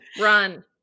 run